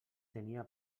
tenia